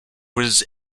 was